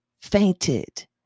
fainted